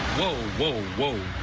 whoa whoa whoa,